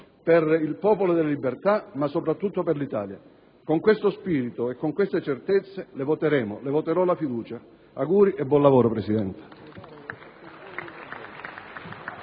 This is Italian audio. per il Popolo della Libertà, ma soprattutto per l'Italia. Con questo spirito e con queste certezze le voteremo, le voterò la fiducia. Auguri e buon lavoro, Presidente.